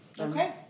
Okay